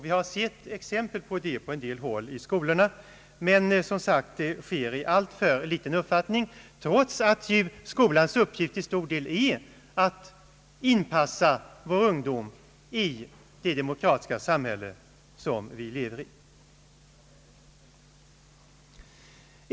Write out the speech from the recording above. Vi har sett exempel på detta på en del håll i skolorna, men det sker som sagt i alltför liten omfattning trots att skolans uppgift till stor del är att inpassa vår ungdom i det demokratiska samhälle som vi lever i.